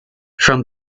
from